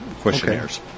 questionnaires